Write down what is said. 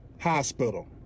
Hospital